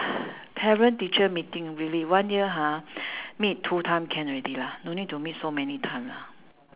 parent teacher meeting really one year ha meet two time can already lah no need to meet so many time lah